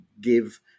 give